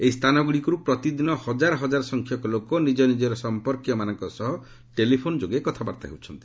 ଏହି ସ୍ଥାନଗୁଡ଼ିକରୁ ପ୍ରତିଦିନ ହଜାର ହଜାର ସଂଖ୍ୟକ ଲୋକ ନିଜର ସମ୍ପର୍କୀୟମାନଙ୍କ ସହ ଟେଲିଫୋନ୍ ଯୋଗେ କଥାବାର୍ତ୍ତା ହେଉଛନ୍ତି